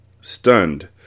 Stunned